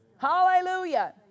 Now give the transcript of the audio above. Hallelujah